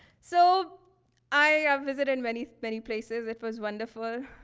so i have visited many many places, it was wonderful.